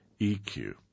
EQ